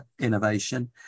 innovation